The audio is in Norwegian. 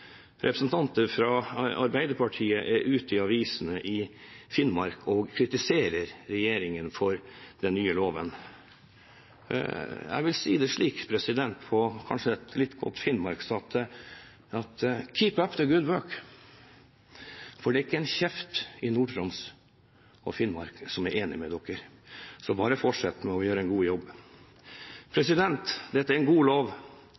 representanter fra Arbeiderpartiet er ute i avisene i Finnmark og kritiserer regjeringen for den nye loven. Jeg vil si det slik, på kanskje litt godt «finnmarksk»: «Keep up the good work.» Det er ikke en kjeft i Nord-Troms og Finnmark som er enig med dere, så bare fortsett med å gjøre en god jobb. Dette er en god lov.